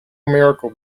miracle